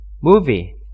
movie